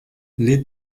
lead